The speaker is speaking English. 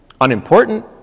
unimportant